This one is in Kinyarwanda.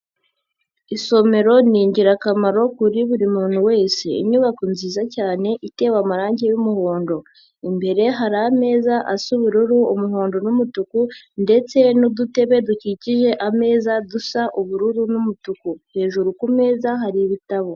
Isomero ni ingirakamaro kuri buri muntu wese. Inyubako nziza cyane itewe amarangi y'umuhondo. Imbere hari ameza asa ubururu, umuhondo n'umutuku ndetse n'udutebe dukikije ameza dusa ubururu n'umutuku. Hejuru ku meza hari ibitabo.